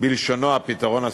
בלשונו, הפתרון הסופי.